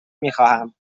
میخواهتم